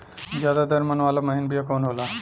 ज्यादा दर मन वाला महीन बिया कवन होला?